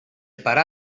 parar